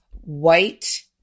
white